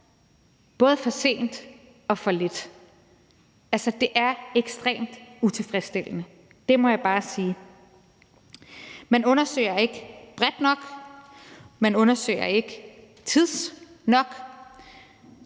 både er for sent og for lidt – altså, det er ekstremt utilfredsstillende. Det må jeg bare sige. Man undersøger ikke bredt nok; man undersøger ikke tidsnok,